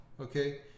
okay